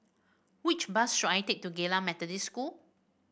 which bus should I take to Geylang Methodist School